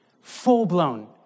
Full-blown